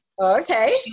Okay